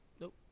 Nope